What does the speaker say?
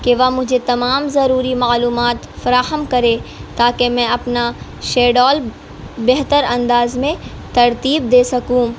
کہ وہ مجھے تمام ضروری معلومات فراہم کرے تاکہ میں اپنا شیڈال بہتر انداز میں ترتیب دے سکوں